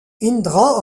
indra